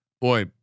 Boy